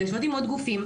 ויושבות עם עוד גופים,